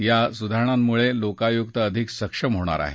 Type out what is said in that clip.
या सुधारणांमुळे लोकायुक्त अधिक सक्षम होणार आहे